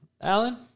Alan